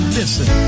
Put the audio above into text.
listen